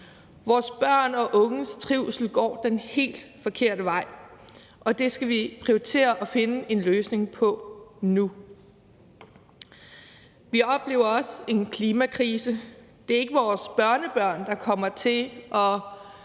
Vores børn og unges trivsel går den helt forkerte vej, og det skal vi prioritere at finde en løsning på nu. Vi oplever også en klimakrise. Det er ikke vores børnebørn, der kommer til at